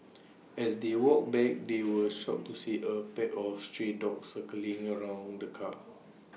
as they walked back they were shocked to see A pack of stray dogs circling around the car